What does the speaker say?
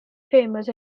famous